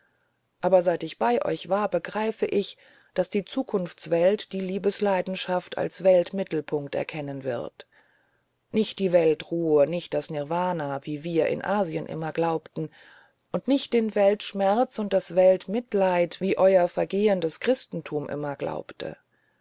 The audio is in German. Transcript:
aber seit ich bei euch war begreife ich daß die zukunftswelt die liebesleidenschaft als weltmittelpunkt erkennen wird nicht die weltruhe nicht das nirwana wie wir in asien immer glaubten und nicht den weltschmerz und das weltmitleid wie euer vergehendes christentum immer glaubte